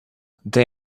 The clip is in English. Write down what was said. they